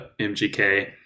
MGK